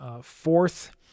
fourth